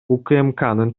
укмкнын